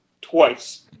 twice